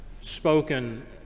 spoken